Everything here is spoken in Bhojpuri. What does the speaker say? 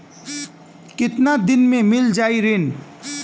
कितना दिन में मील जाई ऋण?